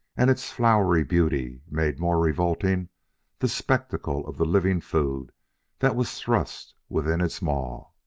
and its flowery beauty made more revolting the spectacle of the living food that was thrust within its maw.